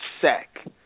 sack